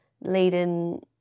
leading